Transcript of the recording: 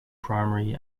primary